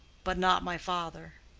but not my father.